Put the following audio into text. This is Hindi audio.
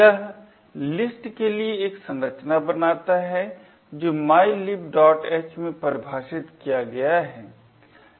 यह लिस्ट के लिए एक संरचना बनाता है जो mylibh में परिभाषित किया गया है